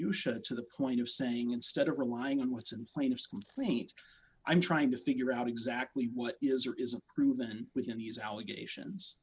shouldn't to the point of saying instead of relying on what's in plaintiff's complaint i'm trying to figure out exactly what is or isn't proven within these allegations